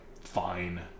fine